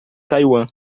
taiwan